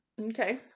Okay